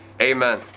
Amen